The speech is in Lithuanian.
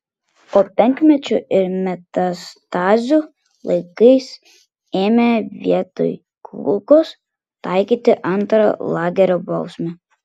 o penkmečių ir metastazių laikais ėmė vietoj kulkos taikyti antrą lagerio bausmę